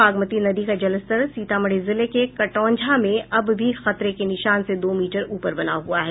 बागमती नदी का जलस्तर सीतामढ़ी जिले के कटौंझा में अब भी खतरे के निशान से दो मीटर ऊपर बना हुआ है